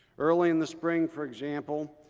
early in the spring, for example,